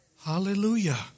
Hallelujah